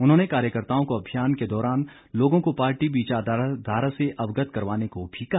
उन्होंने कार्यकर्त्ताओं को अभियान के दौरान लोगों को पार्टी विचारधारा से अवगत करवाने को भी कहा